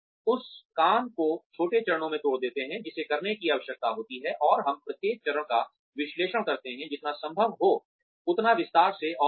हम उस काम को छोटे चरणों में तोड़ देते हैं जिसे करने की आवश्यकता होती है और हम प्रत्येक चरण का विश्लेषण करते हैं जितना संभव हो उतना विस्तार से